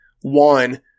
one